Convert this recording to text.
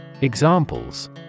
Examples